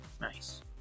Nice